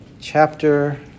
chapter